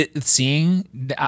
seeing